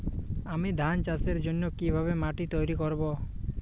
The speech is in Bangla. আমি ধান চাষের জন্য কি ভাবে মাটি তৈরী করব?